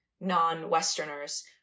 non-Westerners